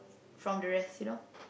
from the rest you know